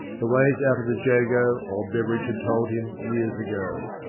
the ways out of the jago old beveridge had told him, years ago.